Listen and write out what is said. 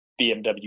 BMW